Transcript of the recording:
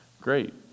great